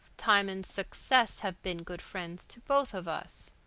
time and success have been good friends to both of us.